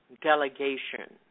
delegation